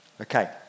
Okay